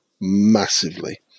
massively